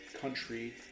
country